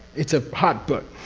it's a hot book.